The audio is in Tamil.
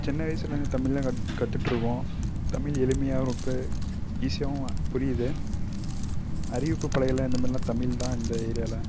சின்ன வயசில் இருந்து தமிழ் தான் கத் கற்றுட்டுருக்கோம் தமிழ் எளிமையாகவும் இருக்கு ஈஸியாகவும் புரியுது அறிவிப்பு பலகையிலாம் இந்தமாதிரிலான் தமிழ் தான் இந்த ஏரியாவில